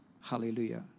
Hallelujah